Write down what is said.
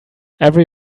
every